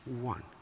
one